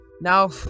Now